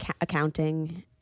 accounting